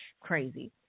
crazy